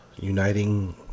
uniting